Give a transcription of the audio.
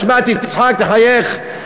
תשמע, תצחק, תחייך.